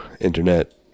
internet